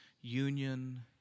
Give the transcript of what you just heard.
union